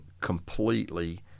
completely